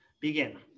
Begin